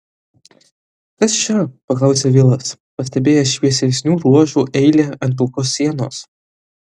kas čia paklausė vilas pastebėjęs šviesesnių ruožų eilę ant pilkos sienos